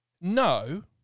No